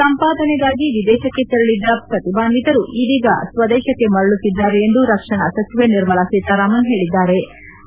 ಸಂಪಾದನೆಗಾಗಿ ವಿದೇಶಕ್ಕೆ ತೆರಳಿದ್ದ ಪ್ರತಿಭಾನ್ವಿತರು ಇದೀಗ ಸ್ನದೇಶಕ್ಕೆ ಮರಳುತ್ತಿದ್ಲಾರೆ ಎಂದು ರಕ್ಷಣಾ ಸಚಿವೆ ನಿರ್ಮಲಾ ಸೀತಾರಾಮನ್ ಹೇಳಿದ್ಲಾರೆ